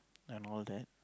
and all that